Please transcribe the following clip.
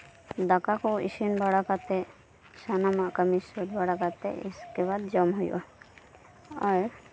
ᱫᱟᱠᱟᱠᱚ ᱤᱥᱤᱱ ᱵᱟᱲᱟ ᱠᱟᱛᱮ ᱥᱟᱱᱟᱢᱟᱜ ᱠᱟᱹᱢᱤ ᱥᱟᱹᱛ ᱵᱟᱲᱟ ᱠᱟᱛᱮᱫ ᱤᱥᱠᱮ ᱵᱟᱛ ᱡᱚᱢ ᱦᱳᱭᱳᱜᱼᱟ ᱟᱨ